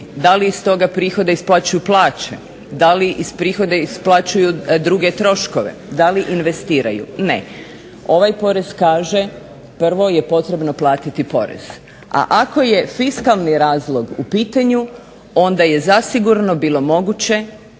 da li iz toga prihoda isplaćuju plaće, da li iz prihoda isplaćuju druge troškove, da li investiraju? Ne. Ovaj porez kaže prvo je potrebno platiti porez. A ako je fiskalni razlog u pitanju onda je zasigurno bilo moguće